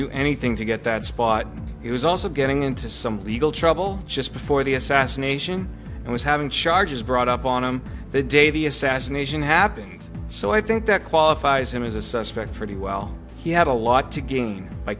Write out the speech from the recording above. do anything to get that spot he was also getting into some legal trouble just before the assassination and was having charges brought up on him the day the assassination happened so i think that qualifies him as a suspect pretty well he had a lot to gain by